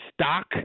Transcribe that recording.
stock